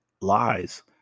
lies